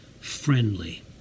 friendly